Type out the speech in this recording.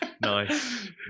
Nice